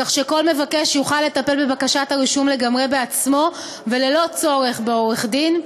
כך שכל מבקש יוכל לטפל בבקשת הרישום לגמרי בעצמו וללא צורך בעורך-דין,